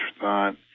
thought